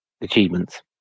achievements